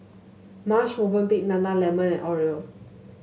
Marche Movenpick Nana Lemon and Oreo